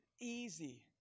easy